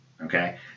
okay